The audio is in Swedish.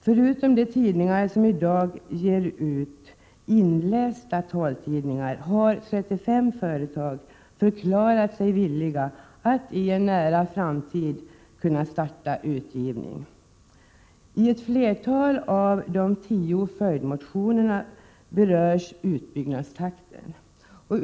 Förutom de tidningar som i dag ger ut inlästa taltidningar har 35 företag förklarat sig villiga att i en nära framtid starta utgivning. I ett flertal av de tio följdmotionerna berörs utbyggnadstakten.